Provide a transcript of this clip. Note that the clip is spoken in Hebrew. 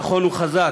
נכון, הוא חזק,